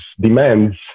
demands